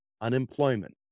unemployment